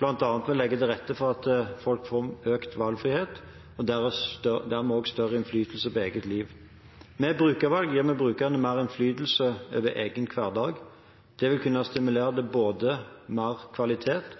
bl.a. ved å legge til rette for at folk får økt valgfrihet, og dermed også større innflytelse over eget liv. Med brukervalg gir vi brukerne mer innflytelse over egen hverdag. Det vil kunne stimulere til